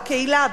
בקהילה,